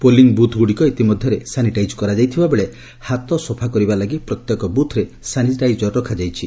polling booth ଗୁଡ଼ିକ ଇତିମଧ୍ୟରେ sanitise କରାଯାଇଥିବା ବେଳେ ହାତ ସଫା କରିବା ଲାଗି ପ୍ରତ୍ୟେକ ବୁଥ୍ରେ ସାନିଟାଇଜର ରଖାଯାଇଛି